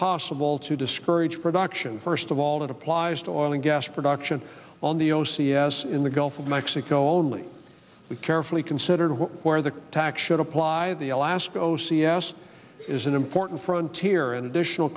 possible to discourage production first of all it applies to oil and gas production on the o c s in the gulf of mexico only we carefully consider where the tax should apply the alaska o c s is an important front tier and additional